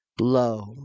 low